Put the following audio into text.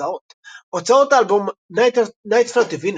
גרסאות הוצאות האלבום Nightflight to Venus